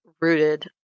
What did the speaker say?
rooted